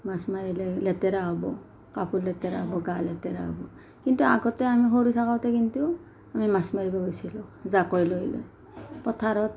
মাছ মাৰিলে লেতেৰা হ'ব কাপোৰ লেতেৰা হ'ব গা লেতেৰা হ'ব কিন্তু আগতে আমি সৰু থাকোঁতে কিন্তু আমি মাছ মাৰিব গৈছিলোঁ জাকৈ লৈ লৈ পথাৰত